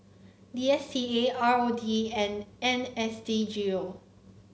D S T A R O D and N S D G O